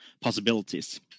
possibilities